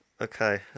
Okay